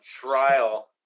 trial